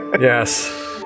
Yes